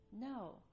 No